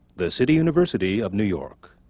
the city university of new york.